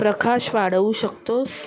प्रकाश वाढवू शकतोस